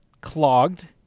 clogged